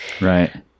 Right